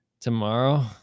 tomorrow